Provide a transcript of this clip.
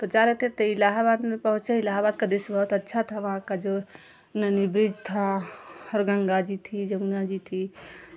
तो जा रहे थे तो इलाहाबाद में पहुँचे इलाहाबाद का दृश्य बहुत अच्छा था वहाँ का जो नैनी ब्रिज था और गंगा जी थीं जमुना जी थीं